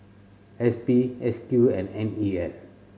S P S Q and N E L